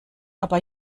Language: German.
aber